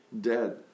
dead